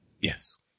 Yes